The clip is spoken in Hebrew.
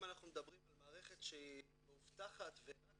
אם אנחנו מדברים על מערכת שהיא מאובטחת ורק